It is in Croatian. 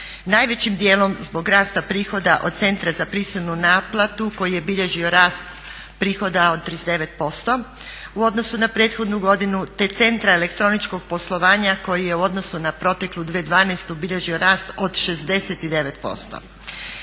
najvećim dijelom zbog rasta prihoda od Centra za prisilnu naplatu koji je bilježio rast prihoda od 39% u odnosu na prethodnu godinu, te Centra elektroničkog poslovanja koji je u odnosu na proteklu 2012.bilježio rast od 69%.